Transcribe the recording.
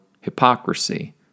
hypocrisy